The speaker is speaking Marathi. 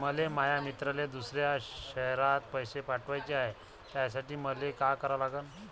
मले माया मित्राले दुसऱ्या शयरात पैसे पाठवाचे हाय, त्यासाठी मले का करा लागन?